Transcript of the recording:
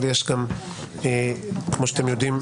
אבל כמו שאתם יודעים,